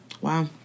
Wow